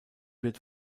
wird